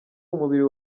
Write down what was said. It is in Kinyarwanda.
umubiri